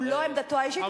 זו לא עמדתו האישית,